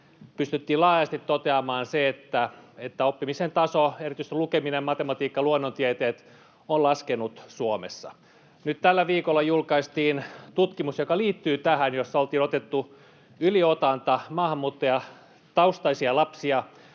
pystyttiin laajasti toteamaan, että oppimisen taso, erityisesti lukeminen, matematiikka ja luonnontieteet, on laskenut Suomessa. Nyt tällä viikolla julkaistiin tutkimus, joka liittyy tähän ja jossa oltiin otettu yliotanta maahanmuuttajataustaisia lapsia